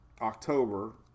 October